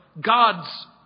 God's